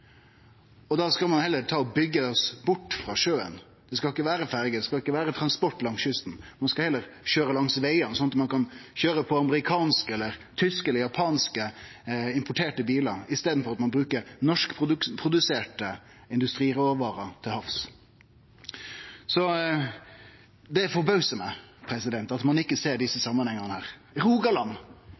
og då skal vi heller byggje oss bort frå sjøen, at det ikkje skal vere ferje, at det ikkje skal vere transport langs kysten. Ein skal heller køyre langs vegane, sånn at ein kan køyre amerikanske, tyske eller japanske importerte bilar, i staden for at ein bruker norskproduserte industriråvarer til havs. Det forbausar meg at ein ikkje ser desse samanhengane. Rogaland